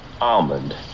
almond